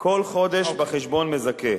כל חודש בחשבון מזכה.